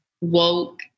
woke